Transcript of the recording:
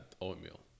oatmeal